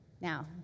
Now